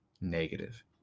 negative